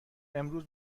امروز